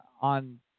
on